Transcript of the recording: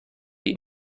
این